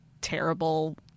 terrible